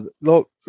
Look